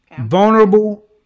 vulnerable